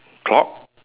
clock